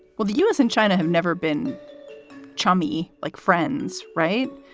well, the u s. and china have never been chummy like friends, right?